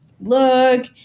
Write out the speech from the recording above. look